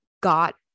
got